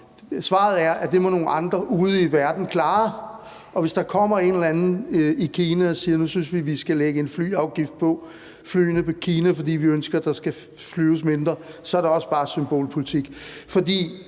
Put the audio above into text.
Svaret er, at det må nogle andre ude i verden klare, og hvis der kommer en eller anden i Kina og siger, at nu synes de, at man skal lægge en flyafgift på flyene fra Kina, fordi man ønsker, at der skal flyves mindre, så er det også bare symbolpolitik.